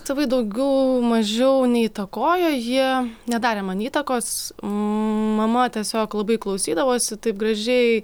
tėvai daugiau mažiau neįtakojo jie nedarė man įtakos mama tiesiog labai klausydavosi taip gražiai